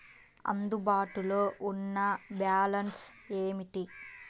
అందుబాటులో ఉన్న బ్యాలన్స్ ఏమిటీ?